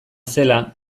zela